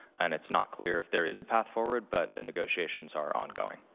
and it's not clear if there is a path forward, but the negotiations are ongoing.